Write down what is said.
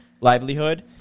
livelihood